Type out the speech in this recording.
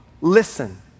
listen